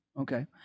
okay